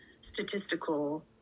statistical